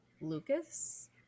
Lucas